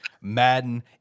Madden